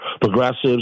progressives